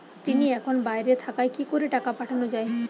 তিনি এখন বাইরে থাকায় কি করে টাকা পাঠানো য়ায়?